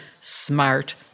smart